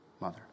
mother